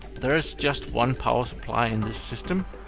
there's just one power supply in this system.